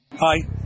Hi